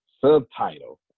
Subtitle